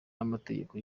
n’amategeko